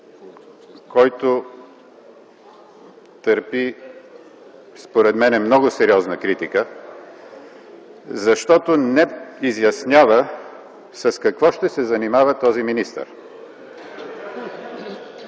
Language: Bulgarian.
който търпи, според мен, много сериозна критика, защото не изяснява с какво ще се занимава този министър.